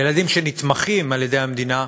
ילדים שנתמכים על-ידי המדינה,